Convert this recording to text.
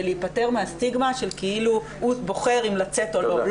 להיפטר מהסטיגמה של כאילו הוא בוחר אם לצאת או לא.